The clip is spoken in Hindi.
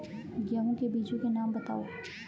गेहूँ के बीजों के नाम बताओ?